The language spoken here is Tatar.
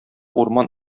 урман